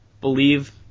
believe